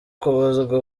kubuzwa